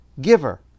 giver